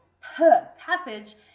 passage